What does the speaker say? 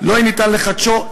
לא יהיה אפשר לחדשו,